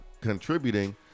contributing